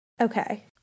Okay